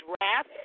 wrath